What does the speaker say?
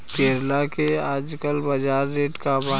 करेला के आजकल बजार रेट का बा?